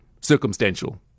circumstantial